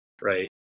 right